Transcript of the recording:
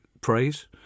praise